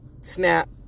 snap